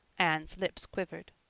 anne's lips quivered.